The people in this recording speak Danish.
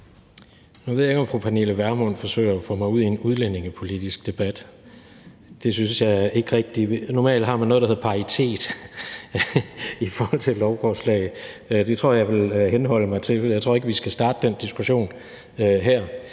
Nu ved jeg ikke, om fru Pernille Vermund forsøger at få mig ud i en udlændingepolitisk debat. Normalt har man noget, der hedder paritet i forhold til et lovforslag. Det tror jeg jeg vil henholde mig til, for jeg tror ikke, vi skal starte den diskussion her.